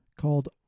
called